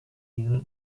diesem